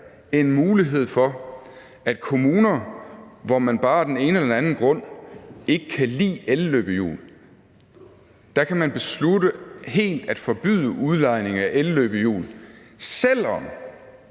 en mulighed for, at kommuner, hvor man bare af den ene eller den anden grund ikke kan lide elløbehjul, kan beslutte helt at forbyde udlejning af elløbehjul. Altså,